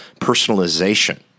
personalization